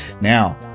Now